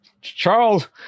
Charles